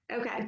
Okay